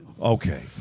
Okay